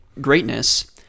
greatness